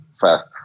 fast